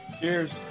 Cheers